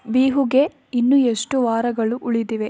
ಬಿಹುಗೆ ಇನ್ನೂ ಎಷ್ಟು ವಾರಗಳು ಉಳಿದಿವೆ